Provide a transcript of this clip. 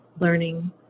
learning